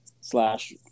slash